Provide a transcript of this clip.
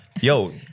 Yo